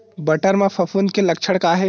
बटर म फफूंद के लक्षण का हे?